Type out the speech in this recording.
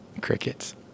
Crickets